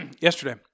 yesterday